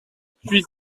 puy